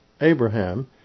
Abraham